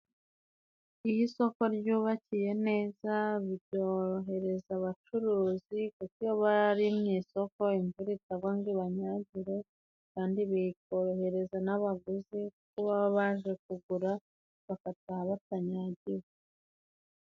Iyo isoko ryubakiye neza byorohereza abacuruzi, kuko iyo bari mu isoko imvura itagwa ngo ibanyagire. Kandi, bikorohereza n'abaguzi kuko baba baje kugura bagataha batanyagiwe.